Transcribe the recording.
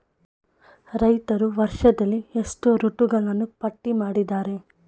ರೈತರು ವರ್ಷದಲ್ಲಿ ಎಷ್ಟು ಋತುಗಳನ್ನು ಪಟ್ಟಿ ಮಾಡಿದ್ದಾರೆ?